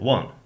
One